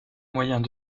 moyens